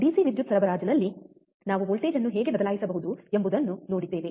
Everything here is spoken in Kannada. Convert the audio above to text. ಡಿಸಿ ವಿದ್ಯುತ್ ಸರಬರಾಜಿನಲ್ಲಿ ನಾವು ವೋಲ್ಟೇಜ್ ಅನ್ನು ಹೇಗೆ ಬದಲಾಯಿಸಬಹುದು ಎಂಬುದನ್ನು ನೋಡಿದ್ದೇವೆ